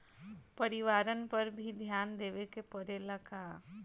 परिवारन पर भी ध्यान देवे के परेला का?